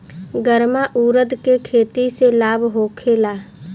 गर्मा उरद के खेती से लाभ होखे ला?